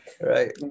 right